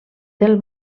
del